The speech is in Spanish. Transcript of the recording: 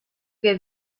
que